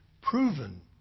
proven